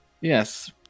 Yes